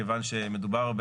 כיוון שמדובר,